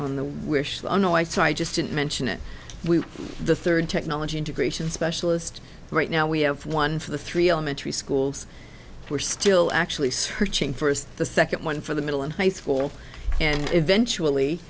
on the wish the noise so i just didn't mention it we the third technology integration specialist right now we have one for the three elementary schools we're still actually searching for the second one for the middle and high school and eventually